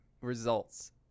results